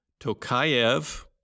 Tokayev